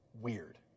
weird